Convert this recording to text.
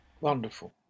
Wonderful